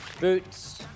Boots